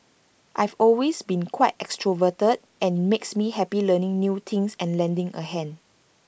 I've always been quite extroverted and IT makes me happy learning new things and lending A hand